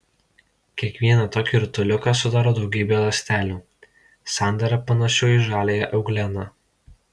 kiekvieną tokį rutuliuką sudaro daugybė ląstelių sandara panašių į žaliąją eugleną